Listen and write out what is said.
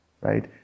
right